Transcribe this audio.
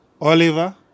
Oliver